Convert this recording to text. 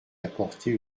apporter